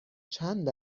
چند